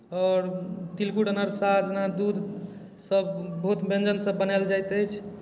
आओर तिलकुट अनरसा जेना दूधसभ बहुत व्यञ्जनसभ बनायल जाइत अछि